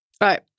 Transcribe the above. Right